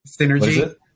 Synergy